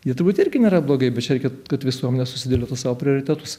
jie turbūt irgi nėra blogai bet čia reikia kad visuomenė susidėliotų savo prioritetus